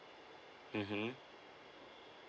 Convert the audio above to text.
mmhmm